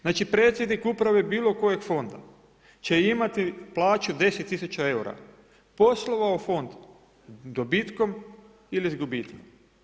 Znači, predsjednik uprave bilo kojeg fonda će imati plaću 10 tisuća eura poslovao fond dobitkom ili s gubitkom.